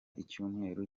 icyumweru